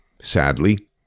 Sadly